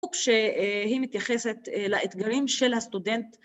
‫שהיא מתייחסת לאתגרים של הסטודנט.